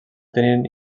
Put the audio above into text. tenien